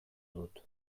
dut